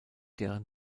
deren